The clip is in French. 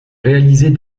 réalisait